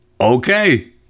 Okay